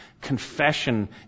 confession